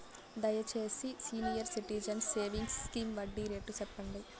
దయచేసి senior citizens savings scheme వడ్డీ rate సెప్పండి